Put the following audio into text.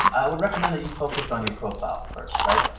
i would recommend that you focus on your profile first, right?